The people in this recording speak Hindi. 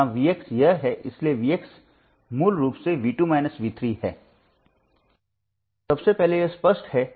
तो दाहिना हाथ 0 होगा और सभी शब्द बाईं ओर दिखाई देंगे और फिर से G मैट्रिक्स असममित है